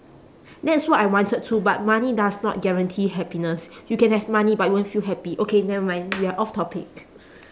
that's what I wanted to but money does not guarantee happiness you can have money but you won't feel happy okay never mind we are off topic